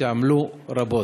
שעמלו רבות.